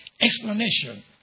explanation